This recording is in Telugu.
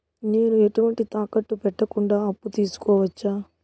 నేను ఎటువంటి తాకట్టు పెట్టకుండా అప్పు తీసుకోవచ్చా?